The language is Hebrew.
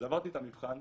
אז עברתי את המבחן,